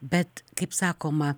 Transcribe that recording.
bet kaip sakoma